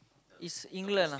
it's England lah